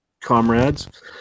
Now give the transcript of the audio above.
comrades